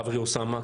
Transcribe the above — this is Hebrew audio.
חברי אוסאמה,